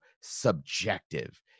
subjective